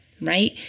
right